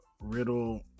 Riddle